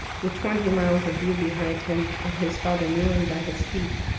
with twenty miles of view behind him, and his father kneeling by his feet.